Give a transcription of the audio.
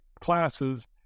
classes